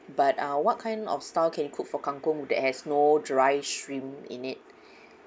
but uh what kind of style can cook for kang kong that has no dry shrimp in it